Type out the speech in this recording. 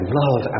love